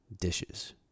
dishes